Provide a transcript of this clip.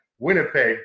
Winnipeg